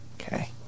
Okay